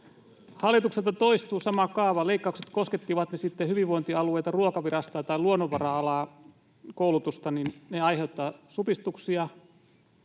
Hallituksella toistuu sama kaava: leikkaukset, koskettivat ne sitten hyvinvointialueita, Ruokavirastoa tai luonnonvara-alan koulutusta, aiheuttavat supistuksia